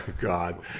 God